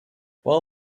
while